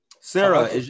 Sarah